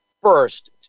first